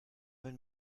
wenn